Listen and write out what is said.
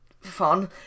fun